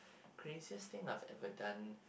craziest thing I've ever done